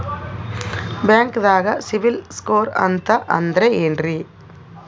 ಬ್ಯಾಂಕ್ದಾಗ ಸಿಬಿಲ್ ಸ್ಕೋರ್ ಅಂತ ಅಂದ್ರೆ ಏನ್ರೀ?